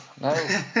no